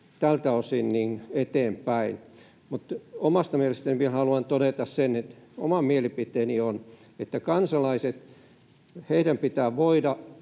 tältä osin eteenpäin. Mutta vielä haluan todeta sen, että oma mielipiteeni on, että kansalaisten pitää voida